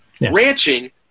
Ranching